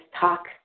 talk